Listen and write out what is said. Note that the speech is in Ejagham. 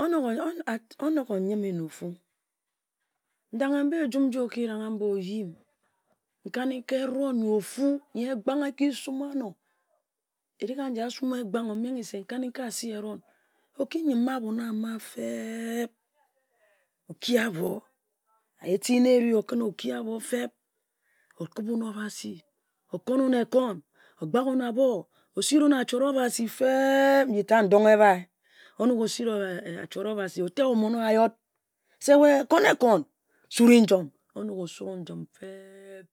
Onok, onok oyime na ofu, ndanghe-mba ejum nji oki ranghe-mba oyim, nkani-ka ehron yi ofu nyi egbang eki suma-no erigaji asumma egbang omenghe se nkani-ka asi ehron, oki yem-eh ahbon ama feb, bem-ee oki ahbo eti na eri-o, oki ahbo, okubun Obasi, okon-un ekong, ogbak-un ahbo, osiri-un achot Obasi feb, nji tat ndong ebhi. Onok osiri achot Obasi otor mon-owah yot se we kong ekong, suri-njom, onok osurun-njom fee-eb,